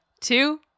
two